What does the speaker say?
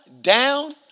down